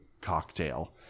cocktail